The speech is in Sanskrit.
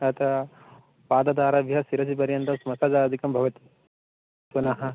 अतः पादादारभ्य शिरसिपर्यन्तं स्मसजादिकं भवति पुनः